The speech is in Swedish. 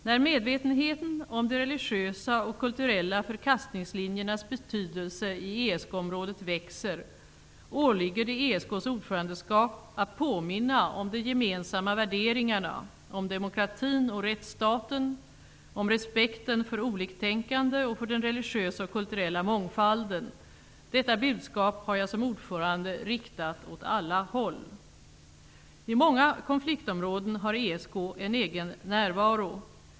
När medvetenheten om de religiösa och kulturella förkastningslinjernas betydelse i ESK-området växer, åligger det ESK:s ordförandeskap att påminna om de gemensamma värderingarna: om demokratin och rättsstaten, om respekten för oliktänkande och för den religiösa och kulturella mångfalden. Detta budskap har jag som ordförande riktat åt alla håll. I många konfliktområden har ESK en egen närvaro.